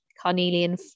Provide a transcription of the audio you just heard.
carnelian